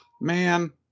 Man